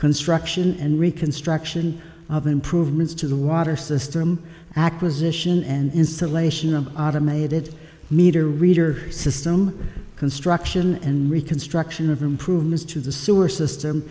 construction and reconstruction of improvements to the water system acquisition and installation of automated meter reader system construction and reconstruction of improvements to the sewer system